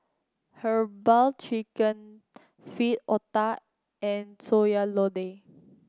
herbal chicken feet otah and Sayur Lodeh